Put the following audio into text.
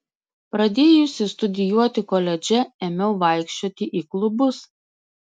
pradėjusi studijuoti koledže ėmiau vaikščioti į klubus